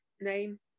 name